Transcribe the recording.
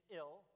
ill